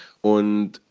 und